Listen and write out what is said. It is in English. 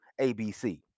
ABC